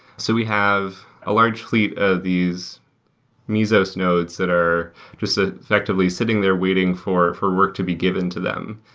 so we have a large fleet of these mesos nodes that are just ah effectively effectively sitting there waiting for for work to be given to them,